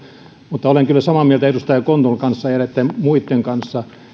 mutta olen kyllä samaa mieltä edustaja kontulan ja näitten muitten kanssa